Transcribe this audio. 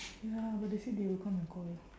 ya but they say they will come and call